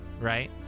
Right